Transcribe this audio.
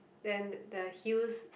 then the heels